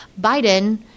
Biden